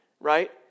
right